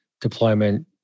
deployment